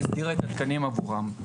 והסדירה את התקנים עבורם.